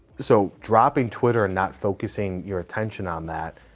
so dropping twitter and not focusing your attention on that,